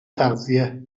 تغذیه